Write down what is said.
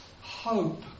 hope